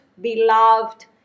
beloved